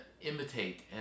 imitate